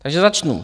Takže začnu.